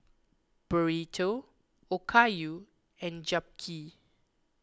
Burrito Okayu and Japchae